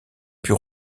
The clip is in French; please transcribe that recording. pût